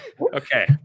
Okay